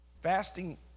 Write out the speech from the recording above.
Fasting